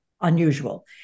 unusual